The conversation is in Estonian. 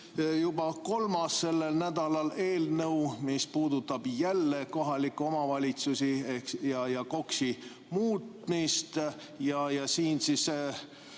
juba kolmas sellel nädalal eelnõu, mis puudutab jälle kohalikke omavalitsusi ja KOKS-i muutmist, siin